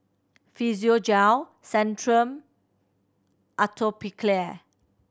Physiogel Centrum Atopiclair